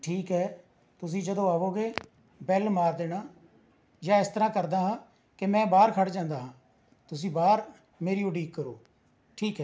ਠੀਕ ਹੈ ਤੁਸੀਂ ਜਦੋਂ ਆਵੋਗੇ ਬੈੱਲ ਮਾਰ ਦੇਣਾ ਜਾਂ ਇਸ ਤਰ੍ਹਾਂ ਕਰਦਾ ਹਾਂ ਕਿ ਮੈਂ ਬਾਹਰ ਖੜ੍ਹ ਜਾਂਦਾ ਹਾਂ ਤੁਸੀਂ ਬਾਹਰ ਮੇਰੀ ਉਡੀਕ ਕਰੋ ਠੀਕ ਹੈ